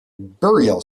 burial